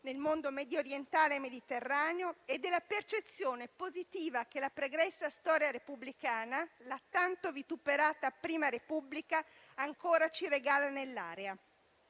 nel mondo mediorientale e mediterraneo e della percezione positiva che la pregressa storia repubblicana, la tanto vituperata Prima Repubblica ancora ci regala nell'area.